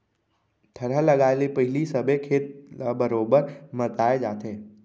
थरहा लगाए ले पहिली सबे खेत ल बरोबर मताए जाथे